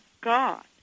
God